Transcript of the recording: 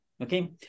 Okay